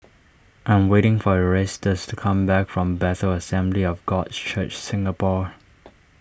I am waiting for Erastus to come back from Bethel Assembly of God Church Singapore